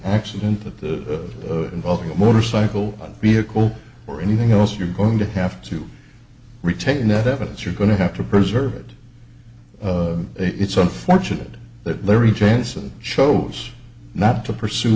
accident that the involving a motorcycle vehicle or anything else you're going to have to retain that evidence you're going to have to preserve it it's unfortunate that larry johnson chose not to pursue